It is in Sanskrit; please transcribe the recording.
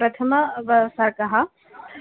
प्रथमः वस्कः